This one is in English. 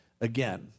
again